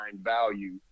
value